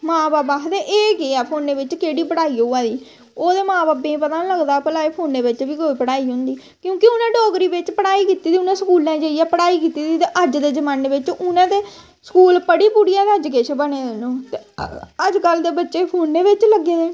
मां बब्ब आखदे एह् केह् ऐ फोनै बिच्च केह्ड़ी पढ़ाई होआ दी ओह् ते मां बब्बे पता गै निं लगदा भला फोनै बिच्च बी पढ़ाई होंदी क्योंकि उ'नें डोगरी बिच्च पढ़ाई कीती दी स्कूलें बिच्च जाइयै पढ़ाई कीती चे उ'नें स्कूलें पढ़ी पुढ़ियै गै अज्ज किश बने दे न ओह् अजकल्ल दे बच्चे फोनै बिच्च लग्गे दे न